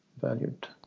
valued